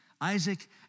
Isaac